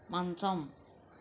మంచం